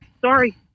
sorry